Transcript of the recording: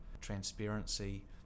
transparency